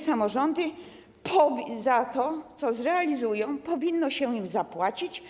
Samorządom za to, co zrealizują, powinno się zapłacić.